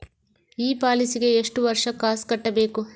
ಈ ಪಾಲಿಸಿಗೆ ಎಷ್ಟು ವರ್ಷ ಕಾಸ್ ಕಟ್ಟಬೇಕು?